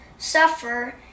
suffer